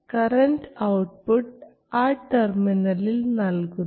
current output ആ ടെർമിനലിൽ നൽകുന്നു